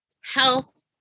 health